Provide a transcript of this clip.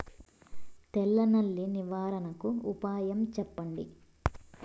తెల్ల నల్లి నివారణకు ఉపాయం చెప్పండి?